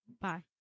Bye